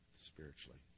spiritually